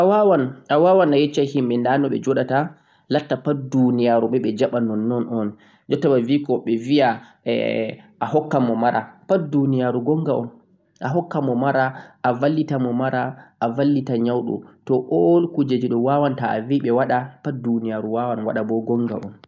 Onwawan on wata doka no hanii himɓe joɗata ha duniyaru, on valla mo mara, on vallita nyauɗo